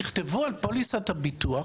תכתבו על פוליסת הביטוח,